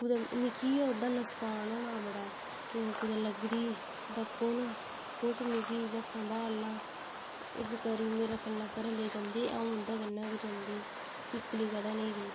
मिकी गै ओह्दा नुक्सान होना मड़ा कुतै लगदी कुस मिगी इ'यां संभालना इस करियै मेरे कन्ने घरे आह्ले जंदे अ'ऊं उदें कन्नै गे जंदी इक्कली कदें नी गेई